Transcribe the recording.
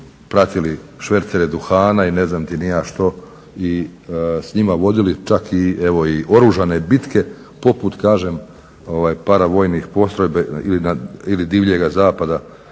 pratili švercere duhana i ne znam ti ni ja što i s njima vodili čak i evo oružane bitke poput kažem paravojnih postrojbi ili divljega zapada